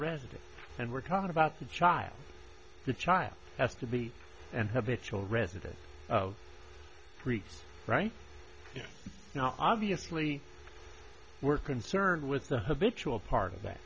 resident and we're talking about the child the child has to be and have a chill resident freaks right now obviously we're concerned with the habitual part of that